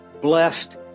blessed